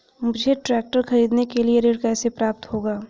मुझे ट्रैक्टर खरीदने के लिए ऋण कैसे प्राप्त होगा?